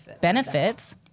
benefits